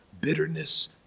bitterness